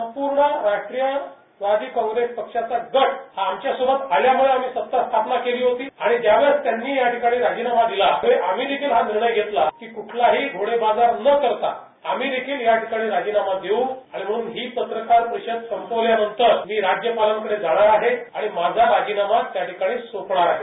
संपूर्ण राष्ट्रवादी काँग्रेसचा गट आमच्यासोबत आल्यामुळं आम्ही सत्ता स्थापन केली होती आणि ज्यावेळेस त्यांनी राजीनामा दिला आम्ही देखिल हा विर्णय घेतला की कूठलाही घोडेबाजार न करता आम्ही देखिल याठिकाणी राजीनामा देऊ म्हणून ही पत्रकार परिषद संपल्यानंतर मी राज्यपालांकडे जाणार आहे आणि माझा राजीनामा त्याठिकाणी सोपवणार आहे